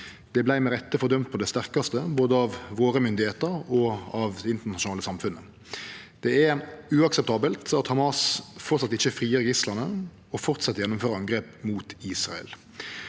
Det vart med rette fordømt på det sterkaste, både av våre myndigheiter og av det internasjonale samfunnet. Det er uakseptabelt at Hamas framleis ikkje frigjev gislane og fortset å gjennomføre angrep mot Israel.